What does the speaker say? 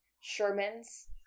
Sherman's